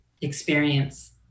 experience